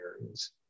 areas